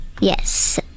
Yes